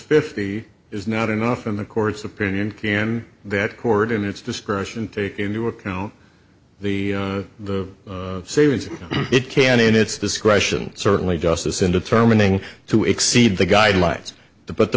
fifty is not enough in the court's opinion can that court in its discretion take into account the the savings it can in its discretion certainly justice in determining to exceed the guidelines but the